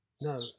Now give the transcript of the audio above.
No